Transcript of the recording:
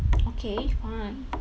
okay fine